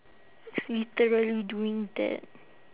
s~ literally doing that